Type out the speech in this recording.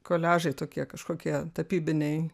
koliažai tokie kažkokie tapybiniai